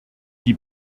die